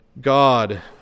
God